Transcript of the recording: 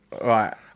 Right